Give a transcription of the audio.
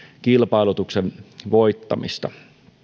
kilpailutuksen voittamista